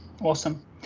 Awesome